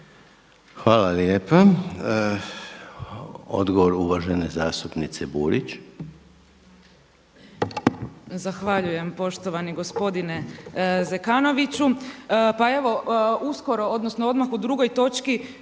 Hvala lijepa. Odgovor uvažene zastupnice Burić. **Burić, Majda (HDZ)** Zahvaljujem poštovani gospodine Zekanoviću. Pa evo uskoro, odnosno odmah u drugoj točki